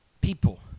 people